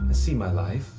ah see my life